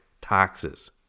taxes